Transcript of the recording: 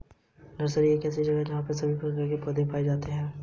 nursery एक ऐसी जगह होती है जहां सभी प्रकार के पौधे उगाए जाते हैं